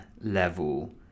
level